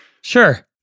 Sure